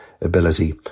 ability